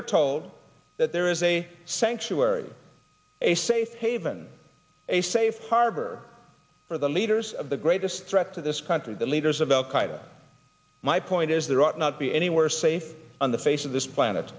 are told that there is a sanctuary a safe haven a safe harbor for the leaders of the greatest threat to this country the leaders of al qaeda my point is there ought not be anywhere say on the face of this planet